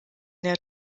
der